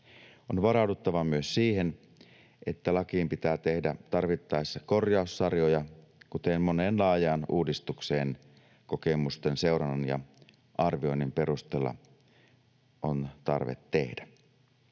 On varauduttava myös siihen, että lakiin pitää tehdä tarvittaessa korjaussarjoja, kuten moneen laajaan uudistukseen kokemusten seurannan ja arvioinnin perusteella on tarve tehdä.